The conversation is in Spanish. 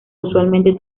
usualmente